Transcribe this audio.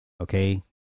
Okay